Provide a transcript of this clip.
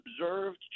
observed